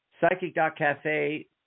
Psychic.cafe